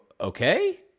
okay